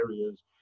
areas